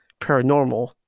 paranormal